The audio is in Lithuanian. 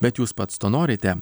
bet jūs pats to norite